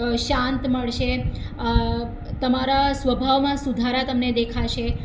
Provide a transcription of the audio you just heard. શાંત મળશે તમારા સ્વભાવમાં સુધારા તમને દેખાશે